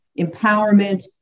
empowerment